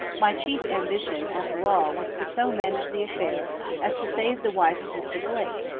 my chief ambition after all was to so manage the affair as to save the wife of mr. blake,